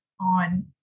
on